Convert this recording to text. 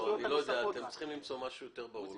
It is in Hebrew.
אתם צריכים למצוא משהו יותר ברור.